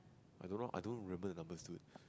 I don't know I don't remember the numbers dude